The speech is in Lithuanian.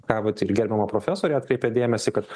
ką vat ir gerbiama profesorė atkreipė dėmesį kad